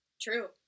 true